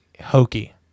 hokey